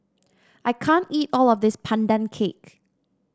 I can't eat all of this Pandan Cake